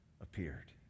appeared